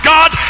God